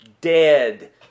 dead